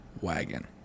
wagon